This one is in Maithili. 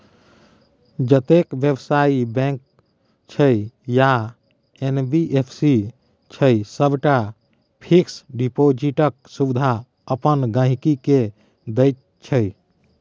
जतेक बेबसायी बैंक छै या एन.बी.एफ.सी छै सबटा फिक्स डिपोजिटक सुविधा अपन गांहिकी केँ दैत छै